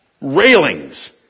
railings